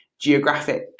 geographic